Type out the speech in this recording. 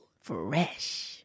Fresh